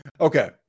Okay